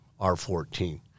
R14